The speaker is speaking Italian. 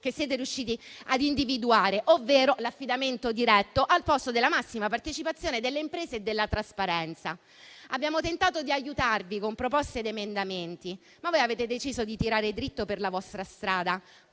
che siete riusciti a individuare, ovvero l'affidamento diretto, al posto della massima partecipazione delle imprese e della trasparenza. Abbiamo tentato di aiutarvi con proposte ed emendamenti, ma voi avete deciso di tirare dritto per la vostra strada,